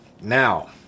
Now